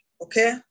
okay